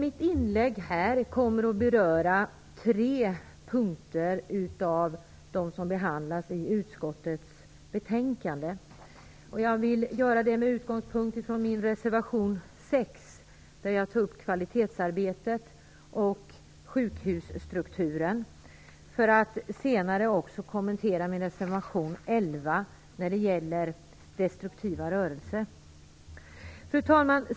Jag kommer i mitt inlägg att beröra tre av de punkter som behandlas i utskottets betänkande. Jag vill göra det med utgångspunkt från min reservation nr 6, där jag tar upp kvalitetsarbetet och sjukhusstrukturen för att senare också kommentera min reservation nr 11 som gäller destruktiva rörelser. Fru talman!